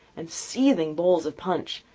and seething bowls of punch,